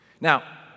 Now